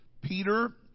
Peter